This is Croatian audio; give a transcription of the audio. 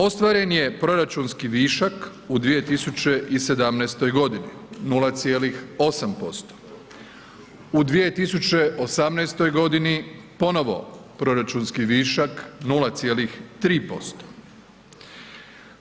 Ostvaren je proračunski višak u 2017. godini 0,8%, u 2018. godini ponovo proračunski višak 0,3%